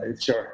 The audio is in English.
Sure